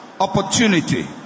opportunity